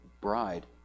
bride